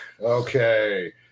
okay